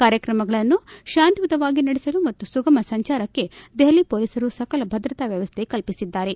ಕಾರ್ಯಕ್ರಮಗಳನ್ನು ಶಾಂತಿಯುತವಾಗಿ ನಡೆಸಲು ಮತ್ತು ಸುಗಮ ಸಂಚಾರಕ್ಷೆ ದೆಹಲಿ ಪೊಲೀಸರು ಸಕಲ ಭದ್ರತಾ ವ್ಯವಸ್ಥೆ ಕಲ್ಪಿಸಿದ್ದಾರೆ